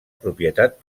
propietat